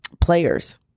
players